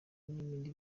n’ibindi